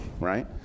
right